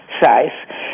size